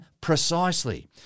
precisely